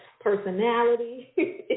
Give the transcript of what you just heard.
personality